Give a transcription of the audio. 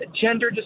gender